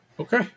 Okay